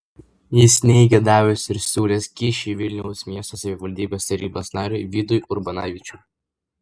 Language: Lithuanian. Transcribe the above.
jis neigė davęs ir siūlęs kyšį vilniaus miesto savivaldybės tarybos nariui vidui urbonavičiui